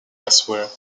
elsewhere